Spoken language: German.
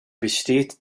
besteht